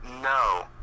No